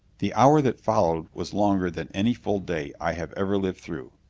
the hour that followed was longer than any full day i have ever lived through.